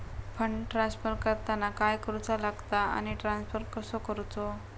Fund transfer करताना काय करुचा लगता आनी ट्रान्स्फर कसो करूचो?